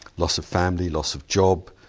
loss of family, loss of job,